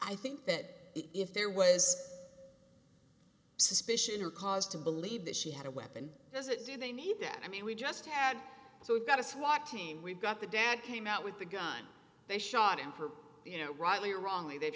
i think that if there was suspicion or cause to believe that she had a weapon does it do they need that i mean we've just had so we've got a swat team we've got the dad came out with the gun they shot him for you know rightly or wrongly they've